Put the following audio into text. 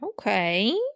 okay